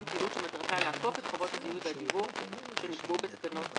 פעילות שמטרתה לעקוף את חובות הזיהוי והדיווח שנקבעו בתקנות אלה,